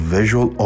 Visual